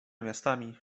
miastami